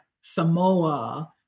Samoa